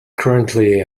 currently